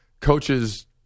coaches